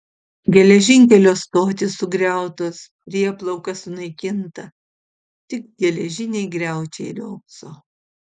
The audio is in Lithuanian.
geležinkelio stotys sugriautos prieplauka sunaikinta tik geležiniai griaučiai riogso